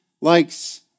likes